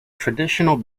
traditional